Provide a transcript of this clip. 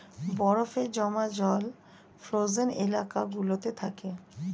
বরফে জমা জল ফ্রোজেন এলাকা গুলোতে থাকে